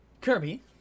Kirby